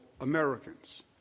Americans